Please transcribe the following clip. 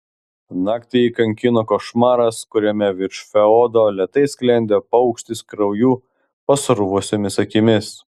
naktį jį kankino košmaras kuriame virš feodo lėtai sklendė paukštis krauju pasruvusiomis akimis